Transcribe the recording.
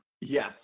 Yes